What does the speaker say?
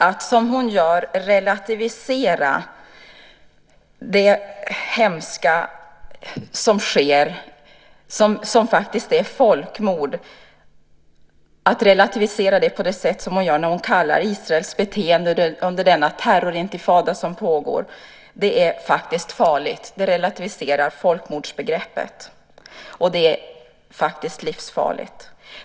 Att relativisera det hemska som sker, som faktiskt är folkmord, som hon gör när hon talar om Israels beteende under den terrorintifada som pågår är faktiskt farligt. Det relativiserar folkmordsbegreppet, och det är faktiskt livsfarligt.